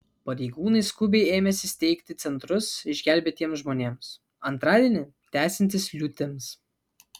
pareigūnai skubiai ėmėsi steigti centrus išgelbėtiems žmonėms antradienį tęsiantis liūtims